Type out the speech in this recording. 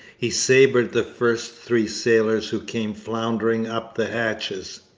he sabred the first three sailors who came floundering up the hatches.